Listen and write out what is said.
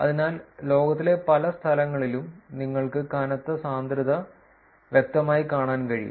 അതിനാൽ ലോകത്തിലെ പല സ്ഥലങ്ങളിലും നിങ്ങൾക്ക് കനത്ത സാന്ദ്രത വ്യക്തമായി കാണാൻ കഴിയും